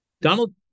Donald